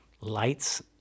lights